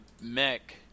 mech